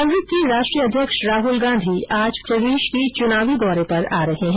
कांग्रेस के राष्ट्रीय अध्यक्ष राहुल गांधी आज प्रदेश के चुनावी दौरे पर आ रहे है